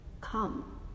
come